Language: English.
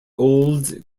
old